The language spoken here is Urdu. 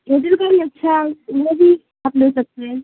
مدر کا بھی اچھا وہ بھی آپ لے سکتے ہیں